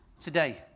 today